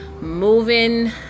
moving